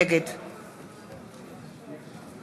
נגד